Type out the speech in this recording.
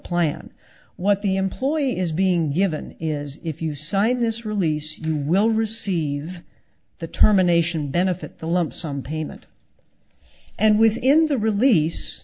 plan what the employee is being given is if you sign this release you will receive the terminations benefit the lump sum payment and within the release